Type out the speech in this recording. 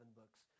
books